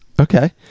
Okay